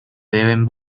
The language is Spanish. deben